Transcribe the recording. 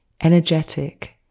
energetic